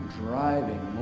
driving